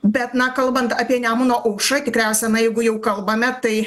bet na kalbant apie nemuno aušrą tikriausia na jeigu jau kalbame tai